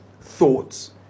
thoughts